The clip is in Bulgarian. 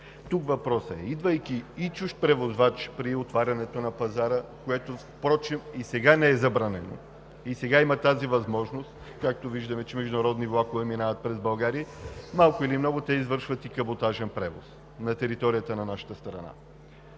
Тук въпросът е: идвайки и чужд превозвач при отварянето на пазара, което не е забранено, той и сега има тази възможност. Както виждаме, международни влакове минават през България. Малко или много те извършват и каботажен превоз на територията на нашата страна.